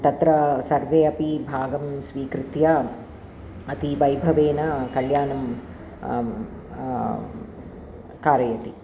तत्र सर्वे अपि भागं स्वीकृत्य अति वैभवेन कल्याणं कारयति